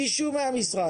עם מישהו מהמשרד.